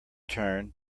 turn